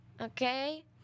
okay